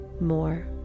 more